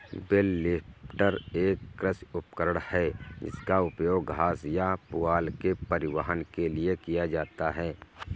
bell lifter एक कृषि उपकरण है जिसका उपयोग घास या पुआल के परिवहन के लिए किया जाता है